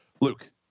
Luke